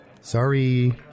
Sorry